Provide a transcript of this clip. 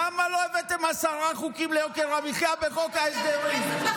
למה לא הבאתם עשרה חוקים ליוקר המחיה בחוק ההסדרים?